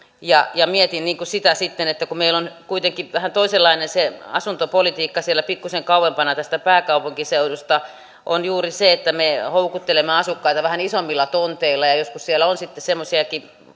mietin sitten sitä että kun meillä on kuitenkin vähän toisenlainen se asuntopolitiikka siellä pikkuisen kauempana tästä pääkaupunkiseudusta niin nyt siitä sitten rangaistaan että me juuri houkuttelemme asukkaita vähän isommilla tonteilla ja ja joskus on sitten semmoisia